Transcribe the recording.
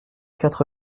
quatre